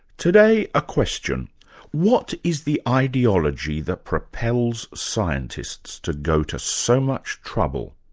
today, a question what is the ideology that propels scientists to go to so much trouble?